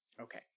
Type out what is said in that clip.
okay